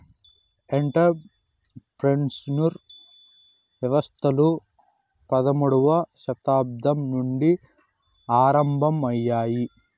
enter ప్రెన్యూర్ వ్యవస్థలు పదమూడవ శతాబ్దం నుండి ఆరంభమయ్యాయి